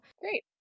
Great